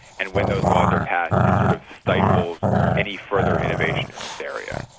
and when those laws are passed, it sort of stifles any further innovation in this area.